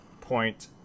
point